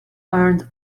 earned